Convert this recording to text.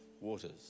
Waters